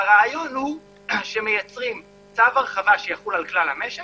הרעיון הוא שמייצרים צו הרחבה שיחול על כלל המשק